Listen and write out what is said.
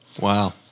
Wow